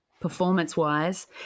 performance-wise